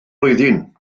blwyddyn